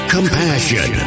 Compassion